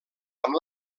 amb